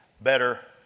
better